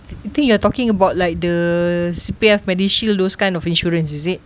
think you are talking about like the C_P_F MediShield those kind of insurance is it